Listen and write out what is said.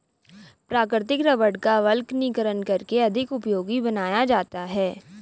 प्राकृतिक रबड़ का वल्कनीकरण करके अधिक उपयोगी बनाया जाता है